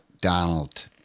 Donald